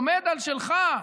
עומד על שלך,